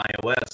ios